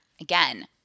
again